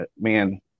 Man